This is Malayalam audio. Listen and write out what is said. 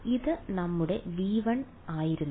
ഇത് നമ്മുടെ V1 ആയിരുന്നു